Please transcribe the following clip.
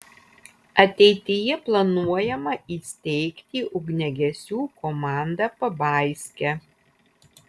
ateityje planuojama įsteigti ugniagesių komandą pabaiske